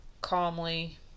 calmly